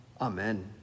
Amen